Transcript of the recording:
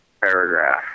paragraph